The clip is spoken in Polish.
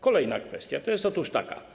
Kolejna kwestia jest otóż taka.